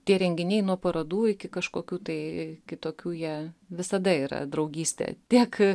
tie renginiai nuo parodų iki kažkokių tai kitokių jie visada yra draugystė tiek